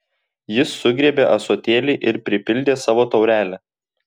jis sugriebė ąsotėlį ir pripildė savo taurelę